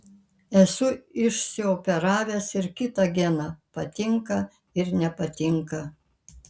esu išsioperavęs ir kitą geną patinka ir nepatinka